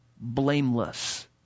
blameless